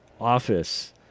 office